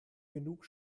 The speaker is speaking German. genug